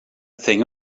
thing